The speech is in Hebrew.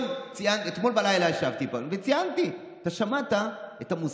אתמול בלילה ישבתי פה וציינתי, אתה שמעת את המושג,